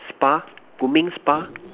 spa grooming spa